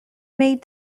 maid